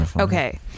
Okay